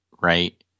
Right